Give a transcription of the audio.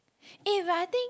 eh but I think